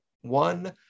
one